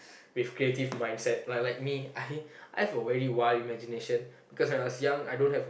with creative mindset like like me I I've a very wild imagination because when I was young I don't have